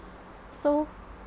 so